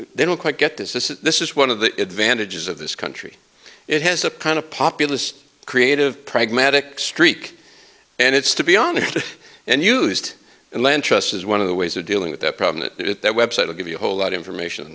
who don't quite get this this is this is one of the advantages of this country it has a kind of populist creative pragmatic streak and it's to be honest and used and land trust is one of the ways of dealing with a problem that at that website will give you a whole lot information